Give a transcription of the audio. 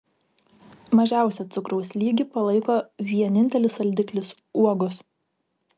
mažiausią cukraus lygį palaiko vienintelis saldiklis uogos